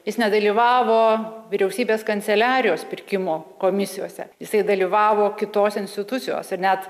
jis nedalyvavo vyriausybės kanceliarijos pirkimo komisijose jisai dalyvavo kitos institucijos ir net